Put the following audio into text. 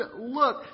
look